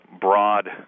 broad